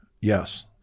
Yes